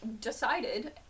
decided